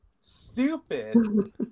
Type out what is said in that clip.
stupid